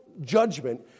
judgment